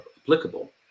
applicable